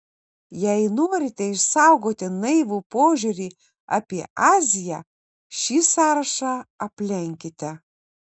jei norite išsaugoti naivų požiūrį apie aziją šį sąrašą aplenkite